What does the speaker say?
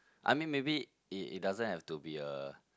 I mean maybe it it doesn't have to be a